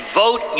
vote